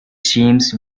seems